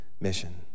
mission